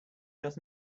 does